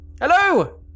Hello